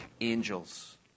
Angels